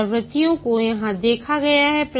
पुनरावृत्तियों को यहां दिखाया गया है